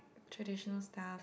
traditional stuff